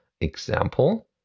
example